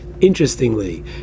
interestingly